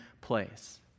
place